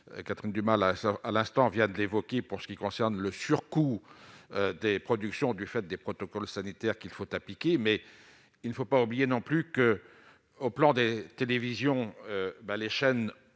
Catherine du mal, à, à l'instant, vient de l'évoquer, pour ce qui concerne le surcoût des productions du fait des protocoles sanitaires qu'il faut appliquer, mais il ne faut pas oublier non plus que, au plan des télévisions bah les chaînes